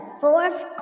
fourth